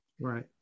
right